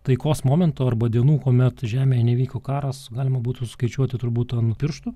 taikos momentu arba dienų kuomet žemėje nevyko karas galima būtų skaičiuoti turbūt ant pirštų